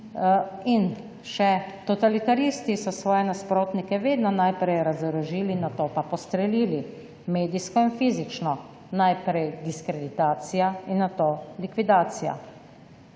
In še: »Totalitaristi so svoje nasprotnike vedno najprej razorožili, nato pa postrelili. Medijsko in fizično. Najprej diskreditacija in nato likvidacija.«